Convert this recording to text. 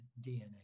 DNA